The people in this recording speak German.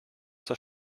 zur